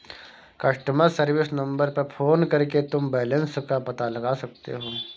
customer service number पर phone करके तुम बैलन्स का पता लगा सकते हो